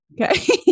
Okay